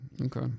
Okay